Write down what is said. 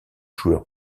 joueur